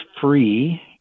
free